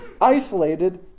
isolated